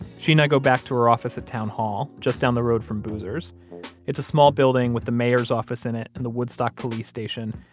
she and i go back to her office at town hall just down the road from boozer's it's a small building with the mayor's office in it and the woodstock police station,